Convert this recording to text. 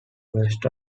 west